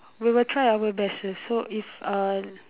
we will try our best sir so if uh